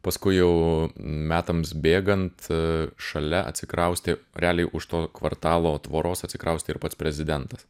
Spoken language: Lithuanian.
paskui jau metams bėgant šalia atsikraustė realiai už to kvartalo tvoros atsikraustė ir pats prezidentas